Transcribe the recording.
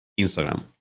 instagram